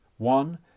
one